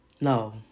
No